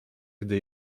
gdy